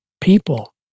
people